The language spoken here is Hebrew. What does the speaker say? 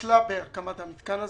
כשלה בהקמת המתקן הזה.